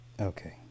Okay